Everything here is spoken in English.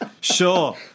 Sure